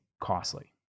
costly